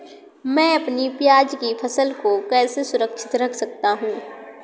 मैं अपनी प्याज की फसल को कैसे सुरक्षित रख सकता हूँ?